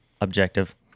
objective